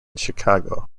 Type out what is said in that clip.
chicago